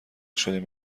شدیم